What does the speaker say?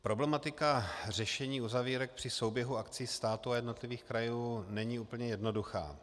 Problematika řešení uzavírek při souběhu akcí státu a jednotlivých krajů není úplně jednoduchá.